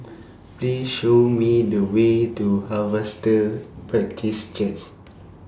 Please Show Me The Way to Harvester practice Church